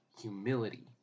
humility